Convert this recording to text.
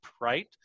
right